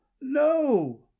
NO